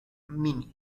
mini